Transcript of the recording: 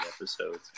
episodes